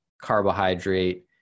carbohydrate